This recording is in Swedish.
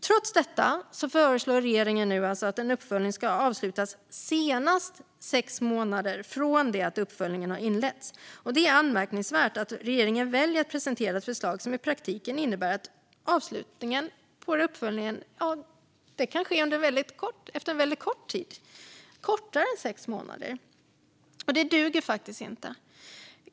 Trots detta föreslår regeringen nu att en uppföljning ska avslutas senast sex månader från det att uppföljningen inleddes. Det är anmärkningsvärt att regeringen väljer att presentera ett förslag som i praktiken innebär att uppföljningen kan avslutas efter en väldigt kort tid, till och med kortare än sex månader. Det duger faktiskt inte.